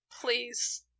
Please